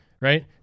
right